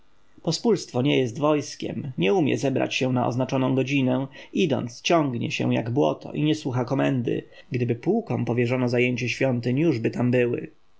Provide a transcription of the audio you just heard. pospólstwo nie jest wojskiem nie umie zebrać się na oznaczoną godzinę idąc ciągnie się jak błoto i nie słucha komendy gdyby pułkom powierzono zajęcie świątyń jużby tam były